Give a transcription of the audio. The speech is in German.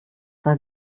war